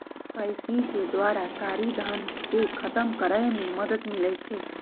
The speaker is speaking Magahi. के.वाई.सी के द्वारा कारी धन के खतम करए में मदद मिलइ छै